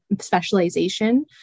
specialization